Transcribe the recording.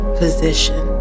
position